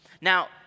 Now